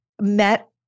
met